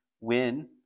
win